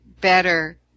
better